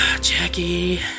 Jackie